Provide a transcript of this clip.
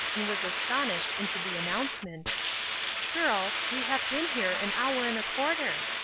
and was astonished into the announcement girls, we have been here an hour and a quarter!